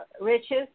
riches